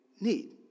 need